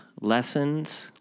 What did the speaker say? lessons